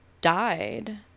died